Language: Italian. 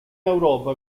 europa